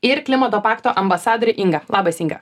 ir klimato pakto ambasadorė inga labas inga